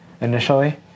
initially